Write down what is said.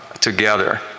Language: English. together